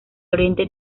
oriente